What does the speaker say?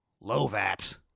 Lovat